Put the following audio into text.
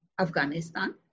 Afghanistan